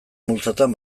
multzotan